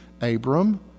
Abram